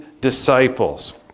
disciples